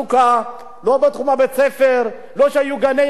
לא בתחום בית-הספר; לא שיהיו גני-ילדים בנפרד,